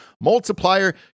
multiplier